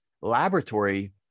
laboratory